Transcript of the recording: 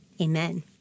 amen